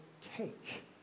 take